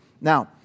Now